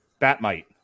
Batmite